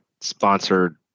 sponsored